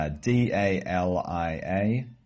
d-a-l-i-a